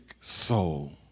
soul